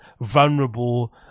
vulnerable